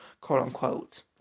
quote-unquote